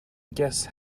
guess